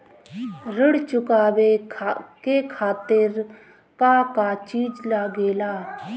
ऋण चुकावे के खातिर का का चिज लागेला?